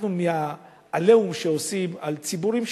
אנחנו, מה"עליהום" שעושים על ציבורים שלמים,